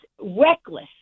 reckless